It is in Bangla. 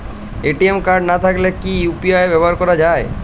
এ.টি.এম কার্ড না থাকলে কি ইউ.পি.আই ব্যবহার করা য়ায়?